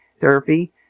therapy